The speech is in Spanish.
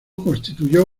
constituyó